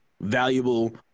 valuable